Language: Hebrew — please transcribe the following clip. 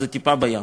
זה טיפה בים.